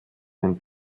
ein